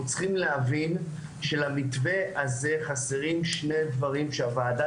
אנחנו צריכים להבין שלמתווה הזה חסרים שני דברים שהוועדה